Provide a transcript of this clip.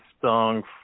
song